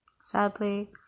sadly